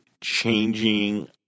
changing